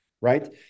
right